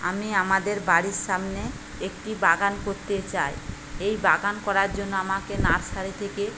আমি আমাদের বাড়ির সামনে একটি বাগান করতে চাই এই বাগান করার জন্য আমাকে নার্সারি থেকে